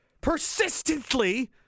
Persistently